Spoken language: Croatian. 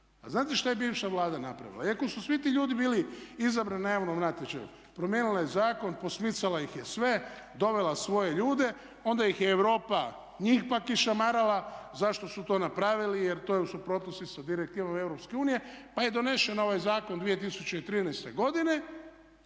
znate šta je bivša Vlada napravila iako su svi ti ljudi bili izabrani na javnom natječaju? Promijenila je zakon, posmicala ih je sve, dovela svoje ljude, onda ih je Europa njih pak išamarala zašto su to napravili jer to je u suprotnosti sa direktivom EU pa je donesen ovaj zakon 2013. godine